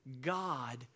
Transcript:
God